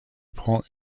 prend